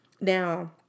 Now